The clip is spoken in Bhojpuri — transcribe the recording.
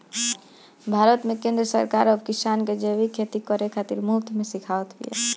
भारत में केंद्र सरकार अब किसान के जैविक खेती करे खातिर मुफ्त में सिखावत बिया